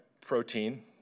protein